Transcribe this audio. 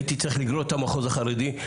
הייתי צריך לגרור את המחוז החרדי,